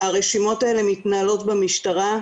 הרשימות האלה מתנהלות במשטרה,